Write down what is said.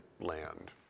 land